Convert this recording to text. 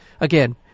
again